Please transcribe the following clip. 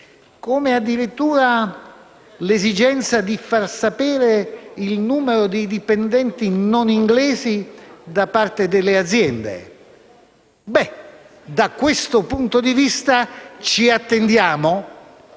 o, addirittura, l'esigenza di far sapere il numero dei dipendenti non inglesi da parte delle aziende. Beh, da questo punto di vista, ci attendiamo